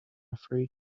free